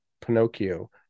Pinocchio